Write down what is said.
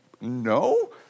No